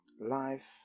Life